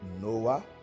Noah